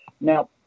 Now